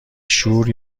شور